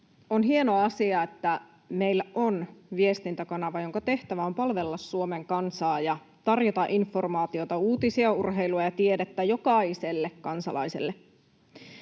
on hieno asia, että meillä on viestintäkanava, jonka tehtävä on palvella Suomen kansaa ja tarjota informaatiota, uutisia, urheilua ja tiedettä jokaiselle kansalaiselle.